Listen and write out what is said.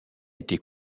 été